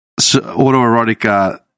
autoerotic